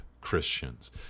Christians